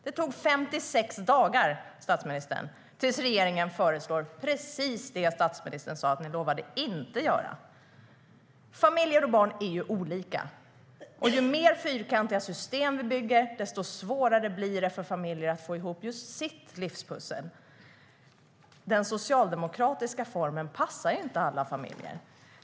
Det tog 56 dagar tills regeringen föreslog precis det statsministern lovade att inte göra. Familjer och barn är olika. Ju mer fyrkantiga system vi bygger, desto svårare blir det för familjer att få ihop just sitt livspussel. Den socialdemokratiska formen passar inte alla familjer.